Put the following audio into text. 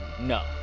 No